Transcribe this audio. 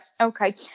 Okay